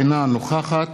אינה נוכחת